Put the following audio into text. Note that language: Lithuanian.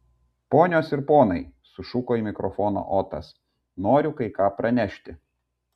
ponios ir ponai sušuko į mikrofoną otas noriu kai ką pranešti